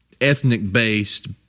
ethnic-based